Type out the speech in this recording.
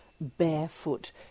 barefoot